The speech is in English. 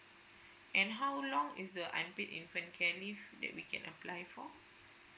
and how long is the unpaid infant care leave that we can apply for